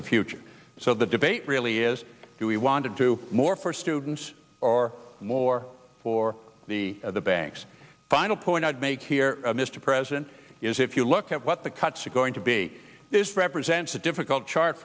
the future so the debate really is do we wanted to more for students or more for the the banks final point i'd make here mr president is if you look at what the cuts are going to be this represents a difficult chart